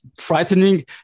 frightening